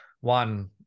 one